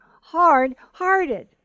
hard-hearted